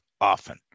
often